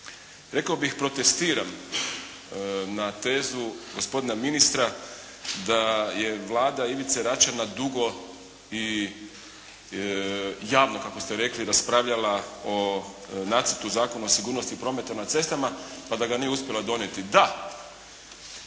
rekao bih, protestiram, na tezu gospodina ministra da je Vlada Ivice Račana dugo i javno kako ste rekli raspravljala o Nacrtu zakona o sigurnosti prometa na cestama pa da ga nije uspjela donijeti. Da.